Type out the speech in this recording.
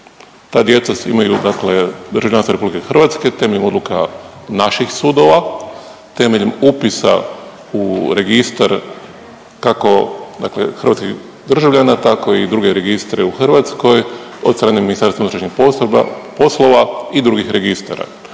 Ta djeca imaju dakle državljanstvo RH temeljem odluka naših sudova, temeljem upisa u registar kako dakle hrvatskih državljana tako i druge registre u Hrvatskoj od strane MUP-a i drugih registara.